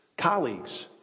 colleagues